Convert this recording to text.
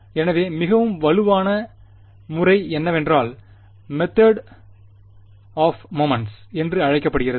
எனவே மிகவும் வலுவான முறை என்னவென்றால் மெதேட் ஆப் மொமெண்ட்ஸ் என்று அழைக்கப்படுகிறது